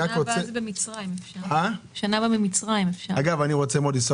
בשנה הבאה זה במצרים.